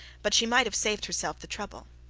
but she might have saved herself the trouble.